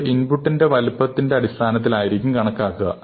അത് ഇൻപുട്ടിന്റെ വലുപ്പത്തിന്റെ അടിസ്ഥാനമാക്കിയായിരിക്കും കണക്കാക്കുക